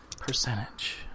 percentage